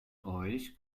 euch